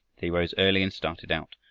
they rose early and started out.